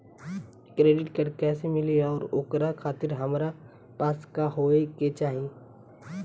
Credit card कैसे मिली और ओकरा खातिर हमरा पास का होए के चाहि?